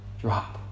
drop